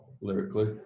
lyrically